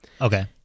Okay